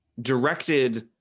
directed